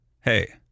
hey